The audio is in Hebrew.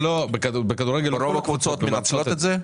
בכדורגל רוב הקבוצות מנצלות את זה?